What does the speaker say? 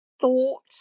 thought